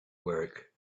work